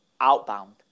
outbound